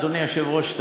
אדוני היושב-ראש,